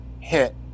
hit